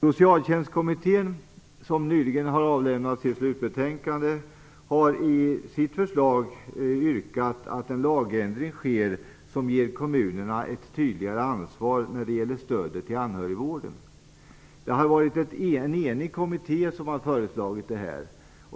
Socialtjänstkommittén, som nyligen har avlämnat sitt slutbetänkande, har i sitt förslag yrkat på en lagändring som ger kommunerna ett tydligare ansvar när det gäller stödet till anhörigvården. Det är en enig kommitté som har föreslagit det.